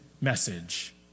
message